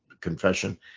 confession